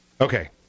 Okay